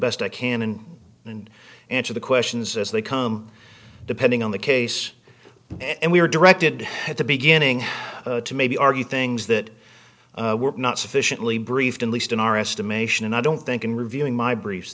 best i can and and answer the questions as they come depending on the case and we were directed at the beginning to maybe argue things that were not sufficiently briefed at least in our estimation and i don't think in reviewing